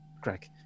Greg